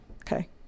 Okay